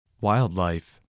Wildlife